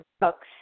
books